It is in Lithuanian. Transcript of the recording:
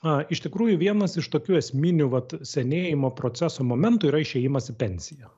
na iš tikrųjų vienas iš tokių esminių vat senėjimo proceso momentų yra išėjimas į pensiją